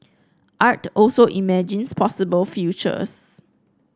art also imagines possible futures